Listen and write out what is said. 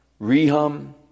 Rehum